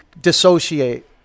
dissociate